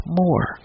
more